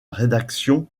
rédaction